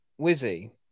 Wizzy